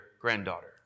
granddaughter